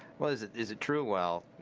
well, is it is it true? well,